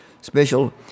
Special